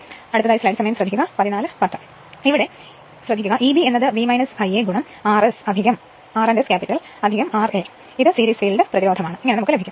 അതിനാൽ Eb V Ia R S ra series field പ്രതിരോധം നമുക്ക് ലഭിക്കും